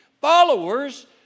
Followers